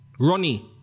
Ronnie